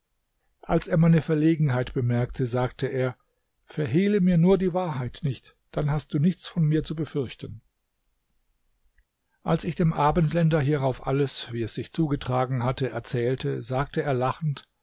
als er meine verlegenheit bemerkte sagte er verhehle mir nur die wahrheit nicht dann hast du nichts von mir zu befürchten als ich dem abendländer hierauf alles wie es sich zugetragen hatte erzählte sagte er lachend